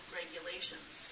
regulations